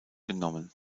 genommen